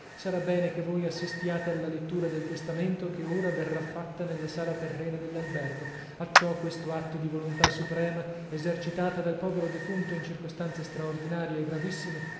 sarà bene che voi assistiate alla lettura del testamento che ora verrà fatta nella sala terrena dello albergo acciò questo atto di volontà suprema esercitato dal povero defunto in circostanze straordinarie e gravissime